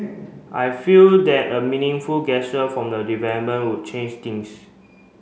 I feel that a meaningful gesture from the development would change things